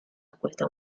acuesta